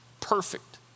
Perfect